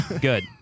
good